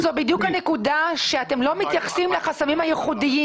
זאת בדיוק הנקודה שאתם לא מתייחסים לחסמים הייחודיים.